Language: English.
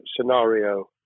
scenario